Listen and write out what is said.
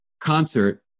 concert